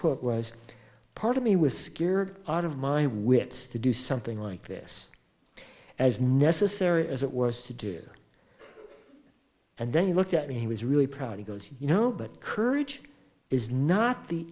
quote was part of me was scared out of my wits to do something like this as necessary as it was to do and then he looked at me he was really proud he goes you know but courage is not the